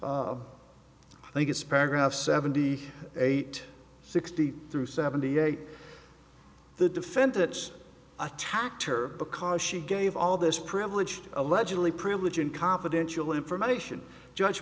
i think it's paragraph seventy eight sixty through seventy eight the defendants attacked her because she gave all this privilege allegedly privilege and confidential information judge